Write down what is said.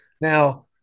Now